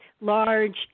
large